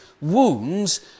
wounds